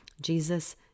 Jesus